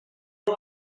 gli